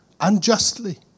unjustly